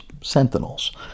Sentinels